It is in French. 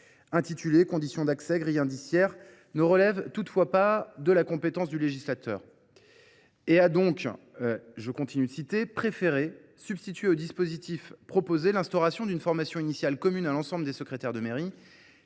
intitulé, conditions d’accès, grille indiciaire – ne relèvent toutefois pas de la compétence du législateur. » La commission des lois « a donc préféré substituer aux dispositifs proposés l’instauration d’une formation initiale commune à l’ensemble des secrétaires de mairie,